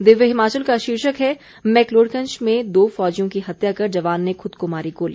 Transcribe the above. दिव्य हिमाचल का शीर्षक है मैकलोडगंज में दो फौजियों की हत्या कर जवान ने खुद को मारी गोली